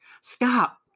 Stop